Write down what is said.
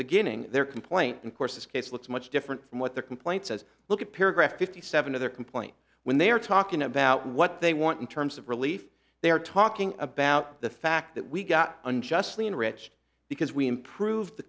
beginning their complaint of course this case looks much different from what the complaint says look at paragraph fifty seven of their complaint when they are talking about what they want in terms of relief they are talking about the fact that we got unjustly enriched because we improved the